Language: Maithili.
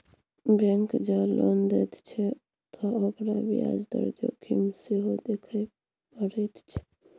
बैंक जँ लोन दैत छै त ओकरा ब्याज दर जोखिम सेहो देखय पड़ैत छै